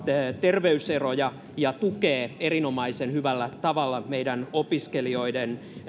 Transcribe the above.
terveyseroja ja tukee erinomaisen hyvällä tavalla meidän opiskelijoidemme